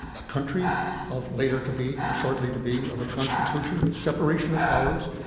a country of later to be, shortly to be of a constitution with separation of powers,